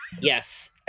Yes